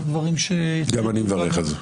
גם אני מברך על זה.